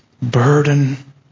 Burden